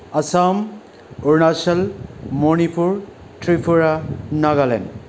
Assam Arunachal Manipur Tripura Nagaland